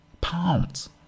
pounds